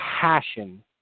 passion